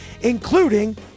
including